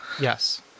Yes